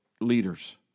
leaders